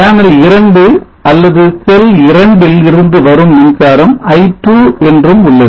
panel 2 அல்லது cell இரண்டு ல் இருந்து வரும் மின்சாரம் i2 என்றும் உள்ளது